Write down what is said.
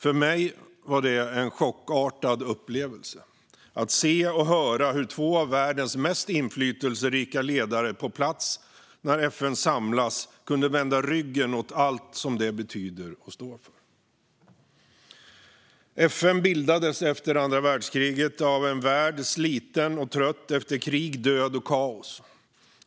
För mig var det en chockartad upplevelse att se och höra hur två av världens mest inflytelserika ledare på plats när FN samlades kunde vända ryggen åt allt som FN betyder och står för. FN bildades efter andra världskriget av en värld som var sliten och trött efter krig, död och kaos.